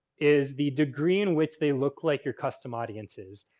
is the degree in which they look like your custom audiences.